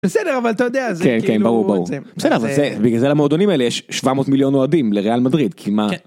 בסדר אבל אתה יודע זה כאילו, כן כן, ברור ברור, בגלל זה למועדונים האלה יש 700 מיליון אוהדים לריאל מדריד כמעט.